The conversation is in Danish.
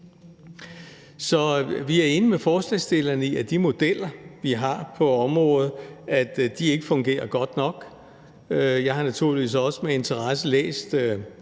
Så vi er enige med forslagsstillerne i, at de modeller, vi har på området, ikke fungerer godt nok. Jeg har naturligvis også med interesse læst